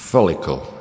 Follicle